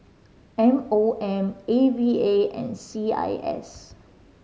M O M A V A and C I S